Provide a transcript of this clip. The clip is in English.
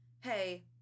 hey